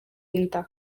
inda